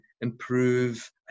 improve